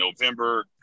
November